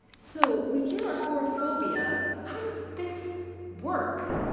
so, with your agoraphobia, how does this work?